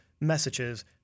messages